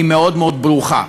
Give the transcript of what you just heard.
היא מאוד מאוד ברוכה.